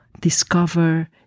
discover